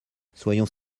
soyons